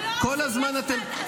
כל הזמן אתם --- אז למה ועדת שרים?